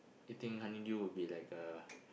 eating honeydew will be like a